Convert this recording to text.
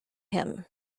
him